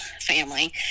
family